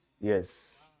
Yes